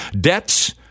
Debts